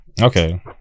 okay